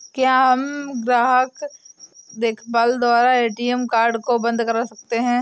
क्या हम ग्राहक देखभाल द्वारा ए.टी.एम कार्ड को बंद करा सकते हैं?